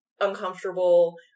uncomfortable